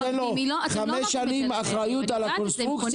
דירה אתה נותן לו חמש שנים אחריות על הקונסטרוקציה?